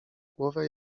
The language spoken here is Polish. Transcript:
głowę